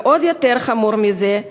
ועוד יותר חמור מזה,